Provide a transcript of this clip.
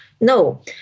No